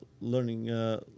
learning